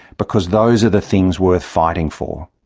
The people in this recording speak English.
because those are the things worth fighting for.